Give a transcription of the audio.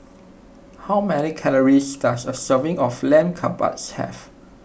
how many calories does a serving of Lamb Kebabs have